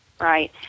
Right